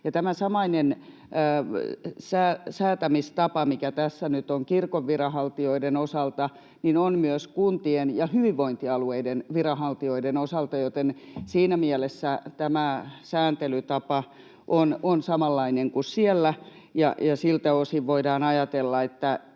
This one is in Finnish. Tämä samainen säätämistapa, mikä tässä nyt on kirkon viranhaltijoiden osalta, on myös kuntien ja hyvinvointialueiden viranhaltijoiden osalta, joten siinä mielessä tämä sääntelytapa on samanlainen kuin siellä. Siltä osin voidaan ajatella,